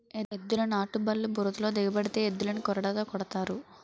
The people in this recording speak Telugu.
ఎద్దుల నాటుబల్లు బురదలో దిగబడితే ఎద్దులని కొరడాతో కొడతారు